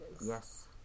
Yes